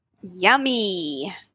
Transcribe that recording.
Yummy